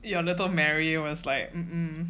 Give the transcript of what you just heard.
you are little mary was like